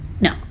No